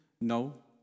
No